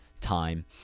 time